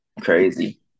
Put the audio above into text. Crazy